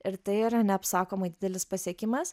ir tai yra neapsakomai didelis pasiekimas